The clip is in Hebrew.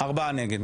ארבעה נגד.